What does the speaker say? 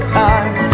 time